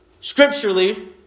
scripturally